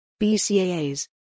BCAAs